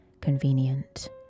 convenient